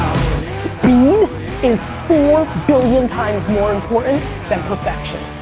speed is four billion times more important than perfection.